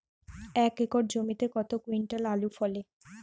এক একর জমিতে কত কুইন্টাল আলু ফলে?